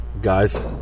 guys